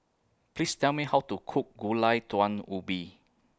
Please Tell Me How to Cook Gulai Daun Ubi